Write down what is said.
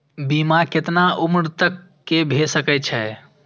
बीमा केतना उम्र तक के भे सके छै?